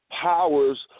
powers